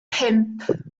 pump